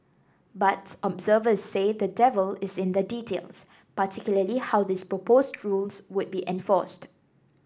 but observers say the devil is in the details particularly how these proposed rules would be enforced